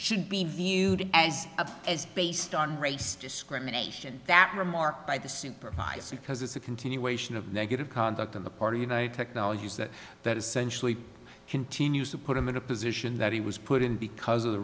should be viewed as a as based on race discrimination that remark by the supervisor because it's a continuation of negative conduct in the party united technologies that that essentially continues to put him in a position that he was put in because of the